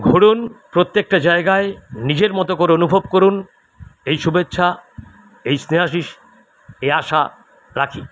ঘুরুন প্রত্যেকটা জায়গায় নিজের মতো করে অনুভব করুন এই শুভেচ্ছা এই স্নেহাশিস এই আসা রাখি